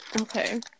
Okay